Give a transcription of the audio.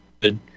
good